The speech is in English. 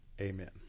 amen